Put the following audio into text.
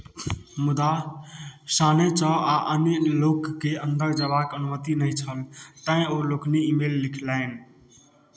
मुदा सानेचऽ आ अन्य लोककेँ अन्दर जयबाक अनुमति नहि छल तेँ ओ लोकनि ईमेल लिखलनि